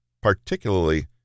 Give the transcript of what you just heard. particularly